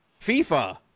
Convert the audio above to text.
FIFA